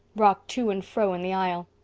rocked to and fro in the aisle.